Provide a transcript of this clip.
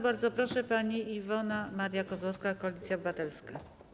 Bardzo proszę, pani Iwona Maria Kozłowska, Koalicja Obywatelska.